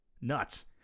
Nuts